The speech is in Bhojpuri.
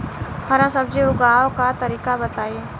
हरा सब्जी उगाव का तरीका बताई?